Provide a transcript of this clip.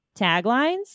taglines